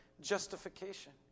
justification